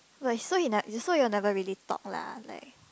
wait so he ne~ so you all never really talk lah like